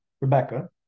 Rebecca